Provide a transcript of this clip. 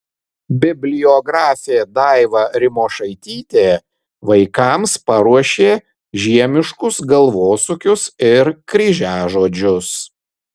bibliografė daiva rimošaitytė vaikams paruošė žiemiškus galvosūkius ir kryžiažodžius